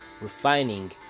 refining